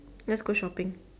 just go shopping